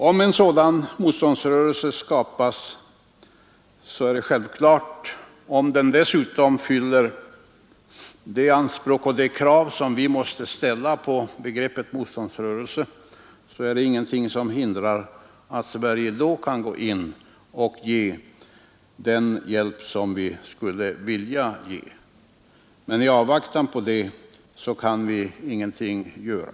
Om en sådan motståndsrörelse skapas och om den dessutom uppfyller de anspråk och krav som vi måste ställa på en motståndsrörelse, så är det ingenting som hindrar att Sverige går in och ger den hjälp som vi skulle vilja ge, men i avvaktan på det kan vi ingenting göra.